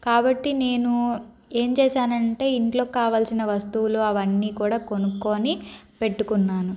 కాబట్టి నేను ఏం చేశానంటే ఇంట్లో కావలసిన వస్తువులు అవన్నీ కూడా కొనుక్కుని పెట్టుకున్నాను